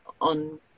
on